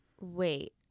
Wait